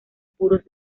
puros